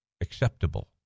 acceptable